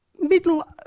middle